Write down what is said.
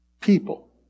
people